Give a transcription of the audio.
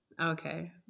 Okay